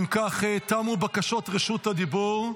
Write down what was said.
אם כך, תמו בקשות רשות הדיבור.